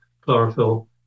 chlorophyll